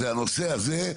הוא הנושא הזה,